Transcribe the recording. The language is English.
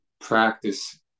practice